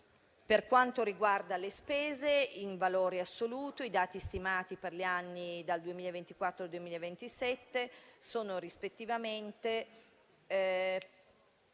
Per quanto riguarda le spese in valore assoluto, i dati stimati per gli anni dal 2024 al 2027 sono pari a